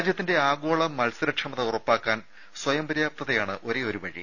രാജ്യത്തിന്റെ ആഗോള മത്സരക്ഷമത ഉറപ്പാക്കാൻ സ്വയംപര്യാപ്തതയാണ് ഒരേയൊരു വഴി